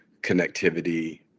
connectivity